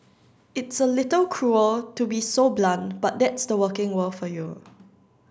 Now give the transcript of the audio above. it's a little cruel to be so blunt but that's the working world for you